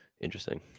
Interesting